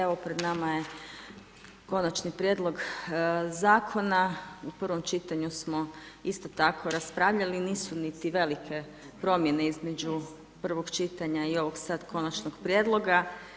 Evo pred nama je konačni prijedlog zakona, u prvom čitanju smo isto tako raspravljali, nisu niti velike promjene između prvog čitanja i ovog sada konačnog prijedloga.